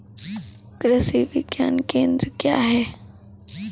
कृषि विज्ञान केंद्र क्या हैं?